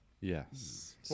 Yes